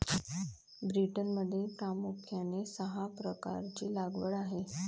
ब्रिटनमध्ये प्रामुख्याने सहा प्रकारची लागवड आहे